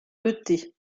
bleuté